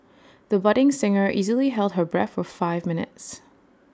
the budding singer easily held her breath for five minutes